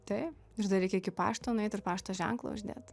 taip ir dar reikia iki pašto nueit ir pašto ženklą uždėt